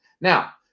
Now